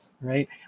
right